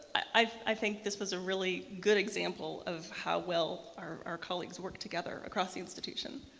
i think this was a really good example of how well our colleagues worked together across the institution.